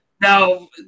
Now